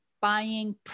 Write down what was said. buying